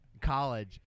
College